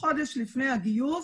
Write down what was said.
חודש לפני הגיוס,